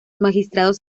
magistrados